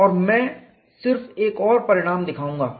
और मैं सिर्फ एक और परिणाम दिखाऊंगा